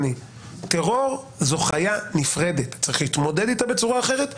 טרור זו חיה נפרדת וצריך להתמודד אתה בצורה אחרת.